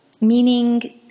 meaning